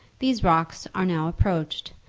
these rocks are now approached,